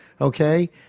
okay